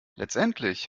letztendlich